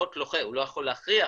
הוא לא יכול להכריח,